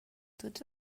tots